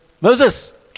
moses